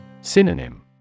Synonym